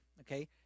okay